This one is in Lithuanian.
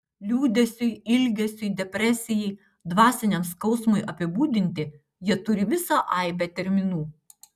liūdesiui ilgesiui depresijai dvasiniam skausmui apibūdinti jie turi visą aibę terminų